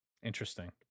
Interesting